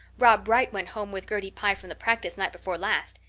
rob wright went home with gertie pye from the practice night before last.